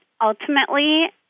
ultimately